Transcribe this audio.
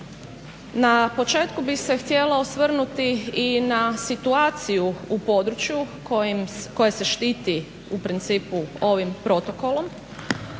Na početku bih se htjela osvrnuti i na situaciju u području koje se štiti u principu ovim protokolom,